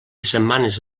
setmanes